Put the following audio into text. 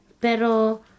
pero